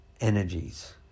energies